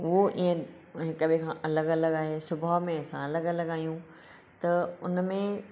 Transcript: उहो इएं हिक ॿिए खां अलॻि अलॻि आहे सुभाउ में असां अलॻि अलॻि आहियूं त उन में